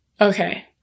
Okay